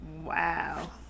wow